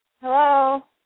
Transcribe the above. hello